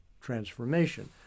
transformation